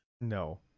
No